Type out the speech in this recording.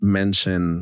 mention